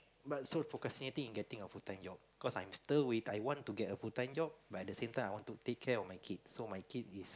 but so procrastinating in getting a full time job cause I'm still wait~ I want to get a full time job but at the same time I want to take care of my kid so my kid is